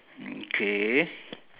okay